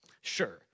sure